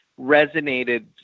resonated